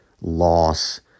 loss